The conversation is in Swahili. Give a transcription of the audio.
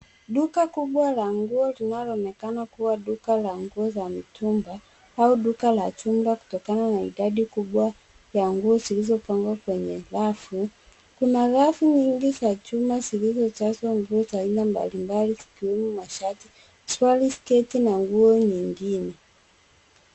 Duka kubwa la nguo linaloonekana kuwa duka la nguo za mtumba au duka la jumla kutokana na idadi kubwa ya nguo zilizo pangwa kwenye rafu. Kuna rafu nyingi za chuma zilizo jazwa nguo za aina mbalimbali zikiwemo mashati, suruali, sketi na nguo nyingine.